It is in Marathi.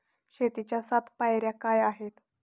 शेतीच्या सात पायऱ्या काय आहेत?